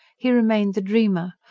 he remained the dreamer,